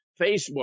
Facebook